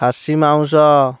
ଖାସି ମାଉଁସ